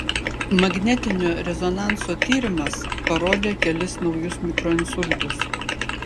magnetinio rezonanso tyrimas parodė kelis naujus mikroinsultus